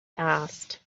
asked